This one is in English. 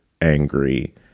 angry